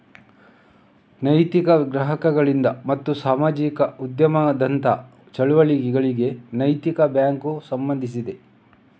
ನೈತಿಕ ಗ್ರಾಹಕೀಕರಣ ಮತ್ತು ಸಾಮಾಜಿಕ ಉದ್ಯಮದಂತಹ ಚಳುವಳಿಗಳಿಗೆ ನೈತಿಕ ಬ್ಯಾಂಕು ಸಂಬಂಧಿಸಿದೆ